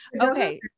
okay